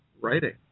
writing